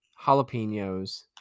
jalapenos